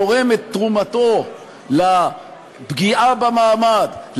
תורם את תרומתו לפגיעה במעמד,